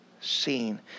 seen